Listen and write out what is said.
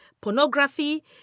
pornography